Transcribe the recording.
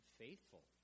faithful